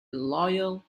loyal